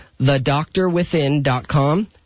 thedoctorwithin.com